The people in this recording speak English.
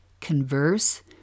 converse